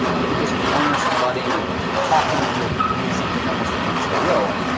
you could just corner somebody and talk them into doing something almost against their will,